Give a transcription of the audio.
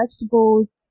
vegetables